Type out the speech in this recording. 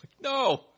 No